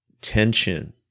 tension